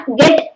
get